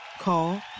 Call